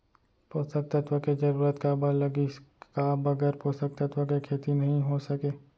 पोसक तत्व के जरूरत काबर लगिस, का बगैर पोसक तत्व के खेती नही हो सके?